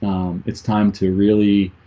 it's time to really